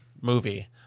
movie